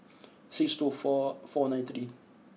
six two four four nine three